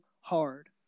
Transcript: hard